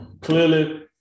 Clearly